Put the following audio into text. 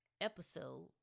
episode